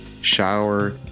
shower